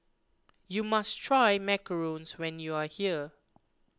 you must try Macarons when you are here